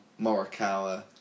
Morikawa